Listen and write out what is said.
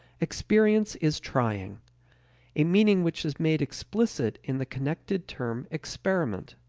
experience is trying a meaning which is made explicit in the connected term experiment.